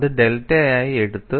അത് ഡെൽറ്റയായി എടുത്തു